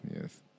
yes